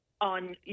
on